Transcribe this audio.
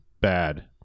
bad